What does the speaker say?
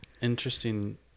interesting